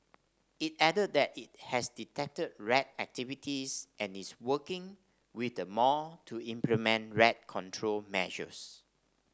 it added that it has detected rat activities and is working with the mall to implement rat control measures